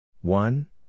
one